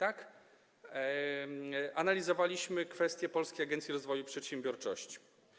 Analizowaliśmy kwestię Polskiej Agencji Rozwoju Przedsiębiorczości.